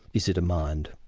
is it a mind?